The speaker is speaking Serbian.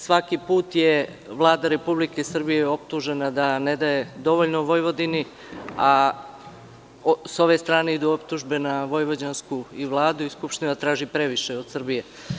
Svaki put je Vlada Republike Srbije optužena da ne daje dovoljno Vojvodini, a sa ove strane idu optužbe na vojvođansku i Vladu i Skupštinu da traže previše od Srbije.